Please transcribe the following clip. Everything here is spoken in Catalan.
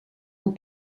dels